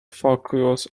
focus